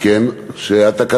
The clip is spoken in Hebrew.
לאו